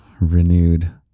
renewed